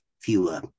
fewer